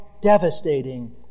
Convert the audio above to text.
devastating